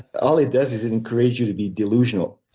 all it does is encourage you to be delusional.